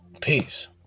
Peace